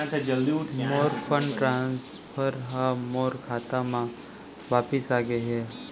मोर fund transfer हा मोर खाता मा वापिस आ गे हवे